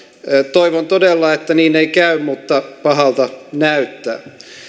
toivon todella että niin ei käy mutta pahalta näyttää